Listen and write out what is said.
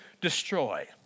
destroy